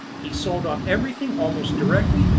he sold off everything almost directly,